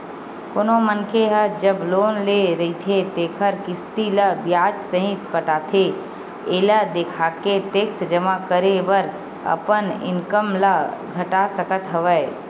कोनो मनखे ह जब लोन ले रहिथे तेखर किस्ती ल बियाज सहित पटाथे एला देखाके टेक्स जमा करे बर अपन इनकम ल घटा सकत हवय